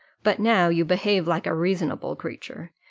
but now you behave like a reasonable creature,